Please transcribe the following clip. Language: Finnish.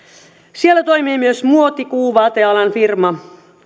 siellä toimii myös muotikuu vaatealan firma